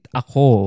ako